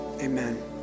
amen